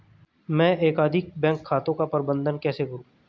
मैं एकाधिक बैंक खातों का प्रबंधन कैसे करूँ?